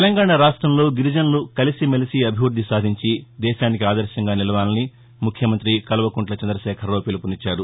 తెలంగాణ రాష్టంలో గిరిజనులు కలిసిమెలిసి అభివృద్దిని సాధించి దేశానికి ఆదర్శంగా నిలవాలని ముఖ్యమంత్రి కల్వకుంట్ల చంద్రశేఖర్రావు పిలుపునిచ్చారు